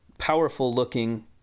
powerful-looking